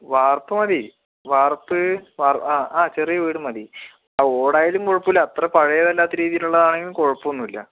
വാർപ്പ് മതി വാർപ്പ് ആ ആ ചെറിയ വീട് മതി ആ ഓടായാലും കുഴപ്പമില്ല അത്ര പഴയതല്ലാത്ത രീതിയിലുള്ളതാണേലും കുഴപ്പമൊന്നുമില്ല